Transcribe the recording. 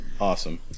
Awesome